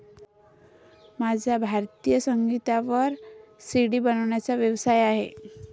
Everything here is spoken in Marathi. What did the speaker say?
माझा भारतीय संगीतावर सी.डी बनवण्याचा व्यवसाय आहे